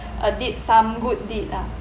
uh did some good deed lah